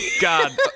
God